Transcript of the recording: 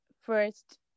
first